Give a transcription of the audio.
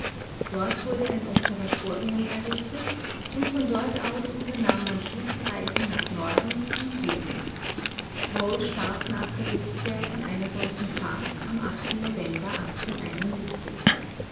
dort wurde ein observatorium errichtet und von dort aus unternahm man schlittenreisen nach süden und norden hall starb nach rückkehr von einer solchen fahrt am november